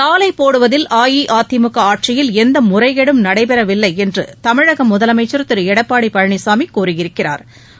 சாலைப் போடுவதில் அஇஅதிமுக ஆட்சியில் எந்த முறைகேடும் நடைபெறவில்லை என்று தமிழக முதலமைச்சா் திரு எடப்பாடி பழனிசாமி கூறியிருக்கிறாா்